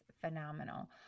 phenomenal